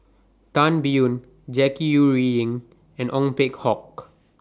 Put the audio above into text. Tan Biyun Jackie Yi Ru Ying and Ong Peng Hock